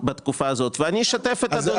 בתקופה הזאת ואני אשתף את אדוני.